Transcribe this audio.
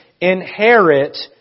Inherit